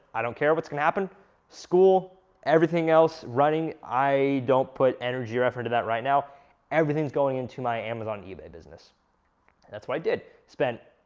i don't care what's gonna happen school everything else, running i don't put energy or effort into that right now everything's going into my amazon and ebay business that's what i did spent,